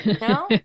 No